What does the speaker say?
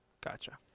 gotcha